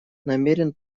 намерен